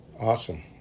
Awesome